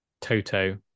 Toto